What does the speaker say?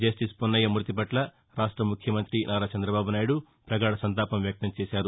justice Punnaiah మ్బతి పట్ల రాష్ట ముఖ్యమంత్రి నారా చంద్రబాబు నాయుడు ప్రగాధ సంతాపం వ్యక్తం చేశారు